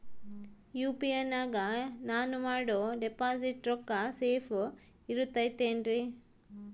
UPI ನಾಗ ನಾನು ಮಾಡೋ ಡಿಪಾಸಿಟ್ ರೊಕ್ಕ ಸೇಫ್ ಇರುತೈತೇನ್ರಿ?